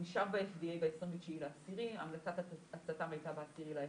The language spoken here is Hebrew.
הוא אושר ב-FDA ב-29.10, המלצתם הייתה ב-10.11,